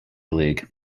league